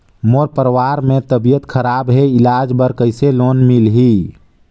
मोर परवार मे तबियत खराब हे इलाज बर कइसे लोन मिलही?